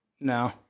No